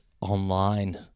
online